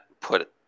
put